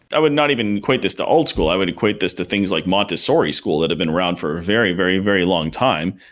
i would not even equate this to old school. i would equate this to things like montessori school that have been around for a very, very, very long time.